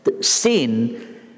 sin